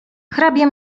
hrabia